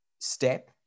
step